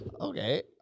Okay